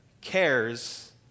cares